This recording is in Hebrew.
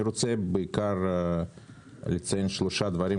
אני רוצה בעיקר לציין שלושה דברים,